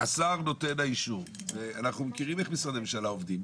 השר נותן האישור ואנחנו מכירים איך משרדי ממשלה עובדים.